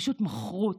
פשוט מכרו אותנו.